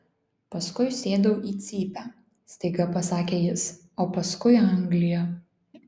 paskui sėdau į cypę staiga pasakė jis o paskui anglija